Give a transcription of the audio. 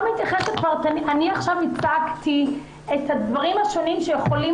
אני עכשיו הצגתי את הדברים השונים שיכולים